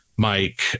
Mike